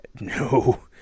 No